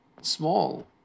small